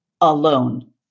alone